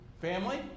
Family